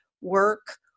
work